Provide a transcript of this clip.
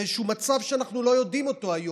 באיזשהו מצב שאנחנו לא יודעים אותו היום,